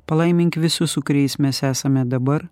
palaimink visus su kuriais mes esame dabar